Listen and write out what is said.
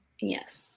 Yes